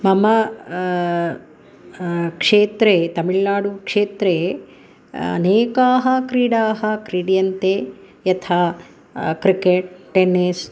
मम क्षेत्रे तमिळ्नाडु क्षेत्रे अनेकाः क्रीडाः क्रीड्यन्ते यथा क्रिकेट् टेन्निस्